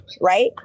right